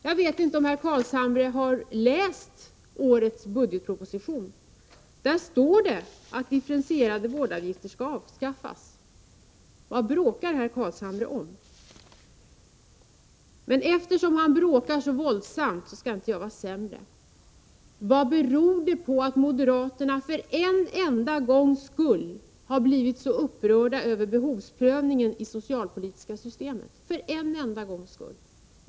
Jag vet inte om herr Carlshamre har läst årets budgetproposition. Där står det att differentierade vårdavgifter skall avskaffas. Vad bråkar herr Carlshamre om? Eftersom han bråkar så våldsamt, skall jag inte vara sämre. Vad beror det på att moderaterna för en enda gångs skull har blivit så upprörda över behovsprövning i det socialpolitiska systemet — för en enda gångs skull?